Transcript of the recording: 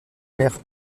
mère